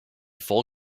full